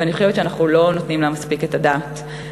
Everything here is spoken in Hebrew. ואני חושבת שאנחנו לא נותנים עליה את הדעת מספיק.